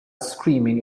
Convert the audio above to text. screaming